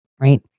right